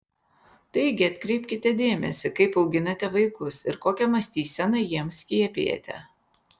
taigi atkreipkite dėmesį kaip auginate vaikus ir kokią mąstyseną jiems skiepijate